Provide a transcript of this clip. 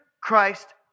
Christ